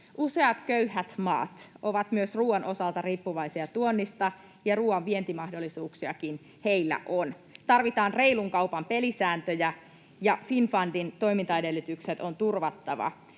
Useat köyhät maat ovat myös ruoan osalta riippuvaisia tuonnista, ja ruoan vientimahdollisuuksiakin heillä on. Tarvitaan reilun kaupan pelisääntöjä, ja Finnfundin toimintaedellytykset on turvattava.